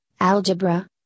algebra